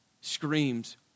screams